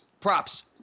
Props